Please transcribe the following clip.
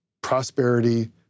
prosperity